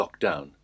lockdown